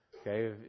Okay